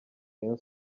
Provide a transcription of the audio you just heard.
rayon